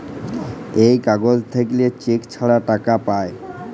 এই কাগজ থাকল্যে চেক ছাড়া টাকা পায়